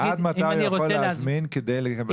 נגיד --- עד מתי הוא יכול להזמין כדי לקבל את זה?